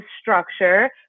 structure